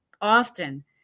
often